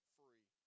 free